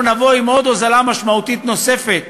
אנחנו נבוא עם הוזלה משמעותית נוספת